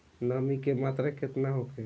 नमी के मात्रा केतना होखे?